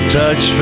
touch